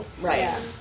Right